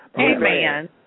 Amen